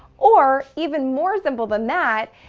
or, even more simple than that,